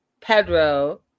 Pedro